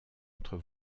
entre